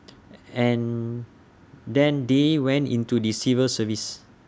and then they went into the civil service